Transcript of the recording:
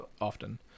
often